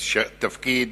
תפקיד